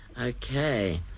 Okay